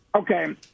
Okay